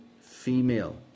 female